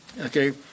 okay